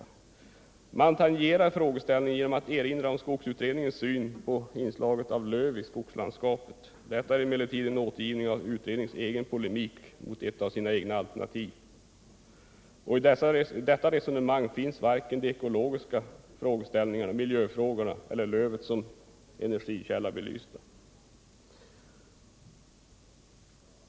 Man tangerar frågeställningen genom att erinra om skogsutredningens syn på inslagen av löv i skogslandskapet. Detta är emellertid en återgivning av utredningens egen polemik mot ett av sina egna alternativ, och i detta resonemang finns varken de ekologiska frågeställningarna, miljöfrågorna eller lövet som energikälla belysta.